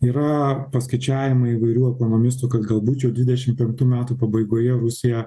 yra paskaičiavimai įvairių ekonomistų kad galbūt jau dvidešim penktų metų pabaigoje rusija